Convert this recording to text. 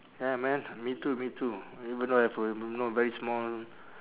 ya man me too me too even though I have a you know very small